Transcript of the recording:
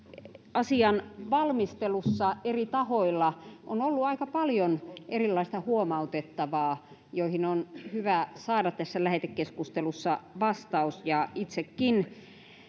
asian valmistelussa eri tahoilla on ollut aika paljon erilaista huomautettavaa mihin on hyvä saada tässä lähetekeskustelussa vastaus ja itsekin